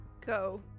Go